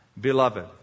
beloved